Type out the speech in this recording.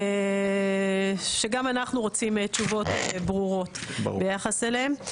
שגם אנחנו רוצים תשובות ברורות ביחס אליהם.